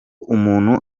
umuntu